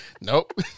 Nope